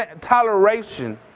toleration